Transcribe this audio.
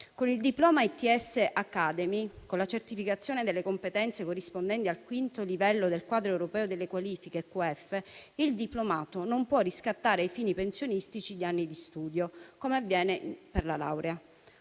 Con il diploma ITS accademy, con la certificazione delle competenze corrispondenti al V livello del quadro europeo delle qualifiche (EQF), il diplomato non può riscattare gli anni di studio ai fini pensionistici, come avviene per la laurea;